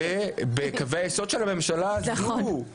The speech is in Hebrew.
ובקווי היסוד של הממשלה הזו, בסדר?